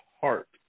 heart